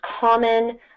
common